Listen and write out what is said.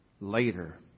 later